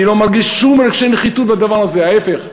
אני לא מרגיש שום רגשי נחיתות בדבר הזה, ההפך.